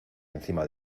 encima